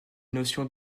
notion